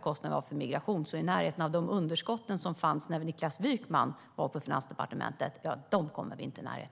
kostnaderna vi har för migration kommer vi inte i närheten av de underskott som fanns när Niklas Wykman var på Finansdepartementet.